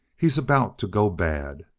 he's about to go bad!